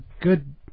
good